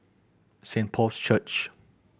Saint Paul's Church